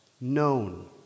known